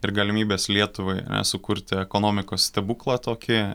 ir galimybės lietuvai sukurti ekonomikos stebuklą tokį